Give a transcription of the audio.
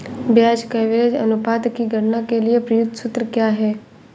ब्याज कवरेज अनुपात की गणना के लिए प्रयुक्त सूत्र क्या है?